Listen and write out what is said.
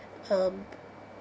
um